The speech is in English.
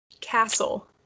castle